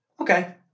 okay